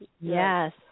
Yes